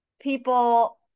people